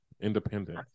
independent